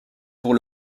pour